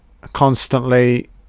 constantly